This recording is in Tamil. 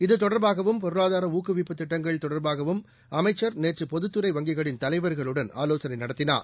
இது தொடர்பாகவும் பொருளாதார ஊக்குவிப்பு திட்டங்கள் தொடர்பாகவும் அமைச்சர் நேற்று பொதுத்துறை வங்கிகளின் தலைவர்களுடன் ஆலோசனை நடத்தினார்